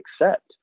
accept